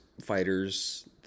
fighters